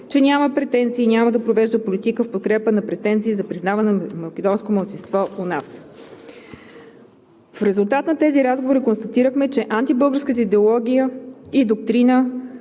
че няма претенции и няма да провежда политика в подкрепа на претенции за признаване на македонско малцинство у нас. В резултат на тези разговори констатирахме, че антибългарската идеология и доктрина